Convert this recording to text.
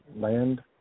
land